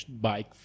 bike